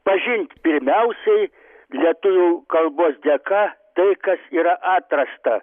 pažint pirmiausiai lietuvių kalbos dėka tai kas yra atrasta